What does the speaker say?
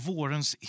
Vårens